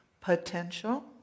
potential